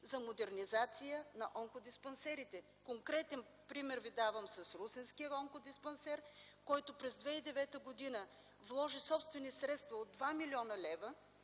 за модернизация на онкодиспансерите? Конкретен пример Ви давам с русенския онкодиспансер, който през 2009 г. вложи собствени средства от 2 млн. лв.